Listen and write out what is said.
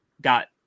got